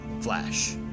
Flash